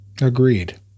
Agreed